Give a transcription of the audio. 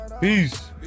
Peace